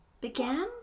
began